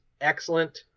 excellent